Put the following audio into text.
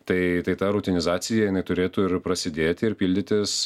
tai tai ta rutinizacija jinai turėtų ir prasidėti ir pildytis